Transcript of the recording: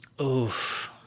Oof